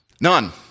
None